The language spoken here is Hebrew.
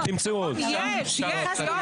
מה